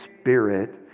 spirit